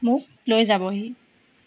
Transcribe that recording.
মোক লৈ যাবহি